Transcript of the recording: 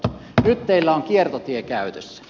nyt teillä on kiertotie käytössä